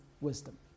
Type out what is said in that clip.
wisdom